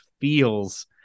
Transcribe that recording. feels